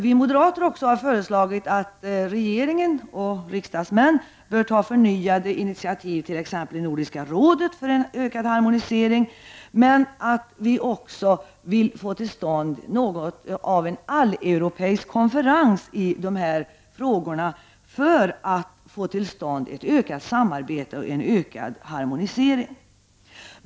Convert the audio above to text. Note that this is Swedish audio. Vi moderater har föreslagit att regering och riksdagsmän bör ta förnyade initiativ i t.ex. Nordiska rådet för en ökad harmonisering, men vi vill också få till stånd något av en alleuropeisk konferens i dessa frågor för att skapa ökat samarbete och en ökad harmonisering.